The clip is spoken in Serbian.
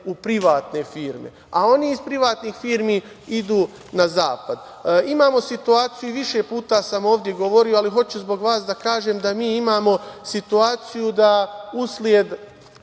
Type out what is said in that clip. u privatne firme, a oni iz privatnih firmi idu na zapad. Imamo situaciju i više puta sam ovde govorio, ali hoću zbog vas da kažem, da mi imamo situaciju da usled